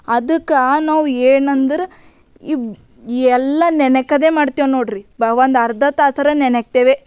ಅದ್ಕೆ ನಾವು ಏನಂದ್ರೆ ಇವು ಎಲ್ಲ ನೆನೆಕ್ಕದೆ ಮಾಡ್ತೇವ ನೋಡ್ರಿ ನಾವೊಂದು ಅರ್ಧ ತಾಸಾರ ನೆನೆ ಹಾಕ್ತೇವೆ